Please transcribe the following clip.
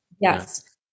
Yes